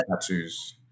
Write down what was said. tattoos